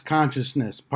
Consciousness